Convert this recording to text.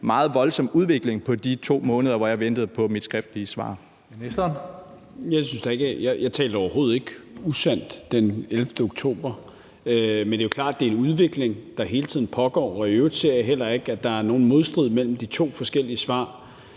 Justitsministeren (Peter Hummelgaard): Jeg talte overhovedet ikke usandt den 11. oktober. Men det er jo klart, at det er en udvikling, der hele tiden pågår. I øvrigt ser jeg heller ikke, at der er nogen modstrid imellem de to forskellige svar.